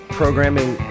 programming